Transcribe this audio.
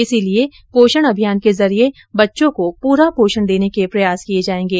इसीलिये पोषण अभियान के जरिये बच्चों को पूरा पोषण देने के प्रयास किये जायेंगे